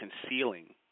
concealing